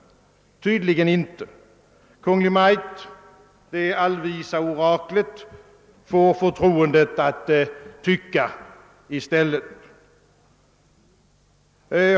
Tydligen inte! Kungl. Maj:t, det allvisa oraklet, får förtroendet att tycka i stället.